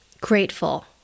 grateful